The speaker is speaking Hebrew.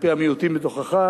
כלפי המיעוטים בתוכך.